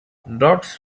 dots